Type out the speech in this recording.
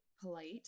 polite